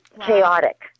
chaotic